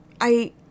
I-